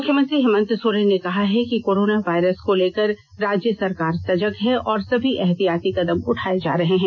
मुख्यमंत्री हेमंत सोरेन ने कहा है कि कोरोना वायरस को लेकर राज्य सरकार सजग है और सभी एहतियाती कदम उठाए जा रहे हैं